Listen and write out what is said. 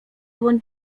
dłoń